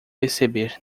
perceber